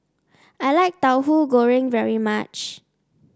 I like Tauhu Goreng very much